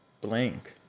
blank